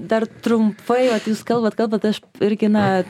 dar trumpai ot jūs kalbat kalbat aš irgi na